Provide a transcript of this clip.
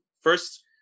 first